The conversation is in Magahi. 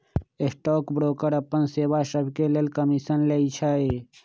स्टॉक ब्रोकर अप्पन सेवा सभके लेल कमीशन लइछइ